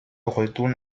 retourne